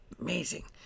amazing